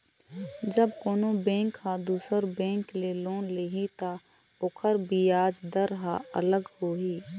जब कोनो बेंक ह दुसर बेंक ले लोन लिही त ओखर बियाज दर ह अलग होही